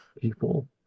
people